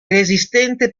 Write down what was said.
resistente